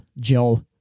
Joe